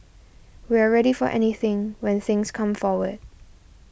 we're ready for anything when things come forward